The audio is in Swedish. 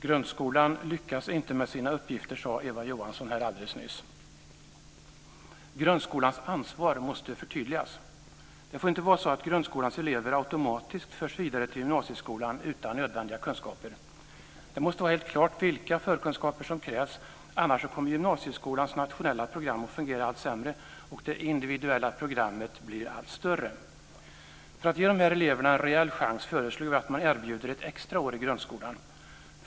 Grundskolan lyckas inte med sina uppgifter, sade Eva Johansson här alldeles nyss. Grundskolans ansvar måste förtydligas. Det får inte vara så att grundskolans elever automatiskt förs vidare till gymnasieskolan utan nödvändiga kunskaper. Det måste vara helt klart vilka förkunskaper som krävs. Annars kommer gymnasieskolans nationella program att fungera allt sämre och det individuella programmet att bli allt större. För att ge de här eleverna en reell chans föreslår vi att man erbjuder ett extra år i grundskolan.